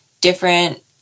different